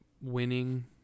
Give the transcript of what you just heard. winning